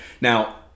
Now